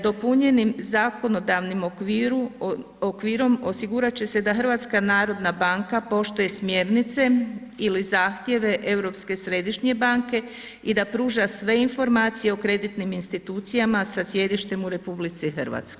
Dopunjenim zakonodavnim okvirom osigurat će se da HNB poštuje smjernice ili zahtjeve Europske središnje banke i da pruža sve informacije o kreditnim institucijama sa sjedištem u RH.